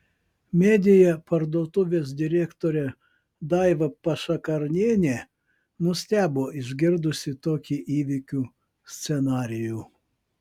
media parduotuvės direktorė daiva pašakarnienė nustebo išgirdusi tokį įvykių scenarijų